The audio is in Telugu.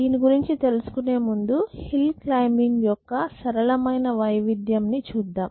దీని గురించి తెలుసుకునే ముందు హిల్ క్లైమ్బింగ్ యొక్క సరళమైన వైవిధ్యం ను చూద్దాం